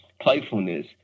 playfulness